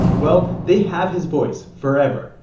well, they have his voice forever,